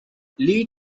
lead